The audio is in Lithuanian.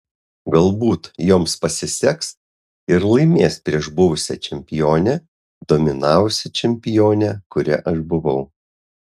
galbūt joms pasiseks ir laimės prieš buvusią čempionę dominavusią čempionę kuria aš buvau